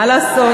מה לעשות,